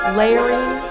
layering